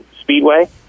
Speedway